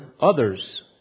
others